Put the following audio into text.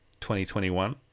2021